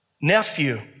nephew